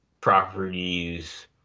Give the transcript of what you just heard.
properties